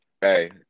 Hey